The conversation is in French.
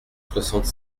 soixante